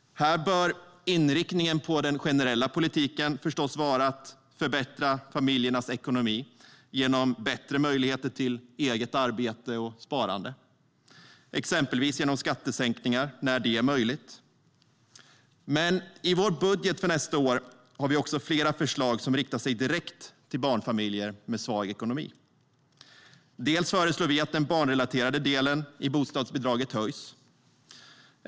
Här bör inriktningen på den generella politiken förstås vara att förbättra familjernas ekonomi genom bättre möjligheter till eget arbete och sparande, exempelvis genom skattesänkningar när det är möjligt. Men i vår budget för nästa år har vi också flera förslag som riktar sig direkt till barnfamiljer med svag ekonomi. Vi föreslår att den barnrelaterade delen i bostadsbidraget höjs.